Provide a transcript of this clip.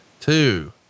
two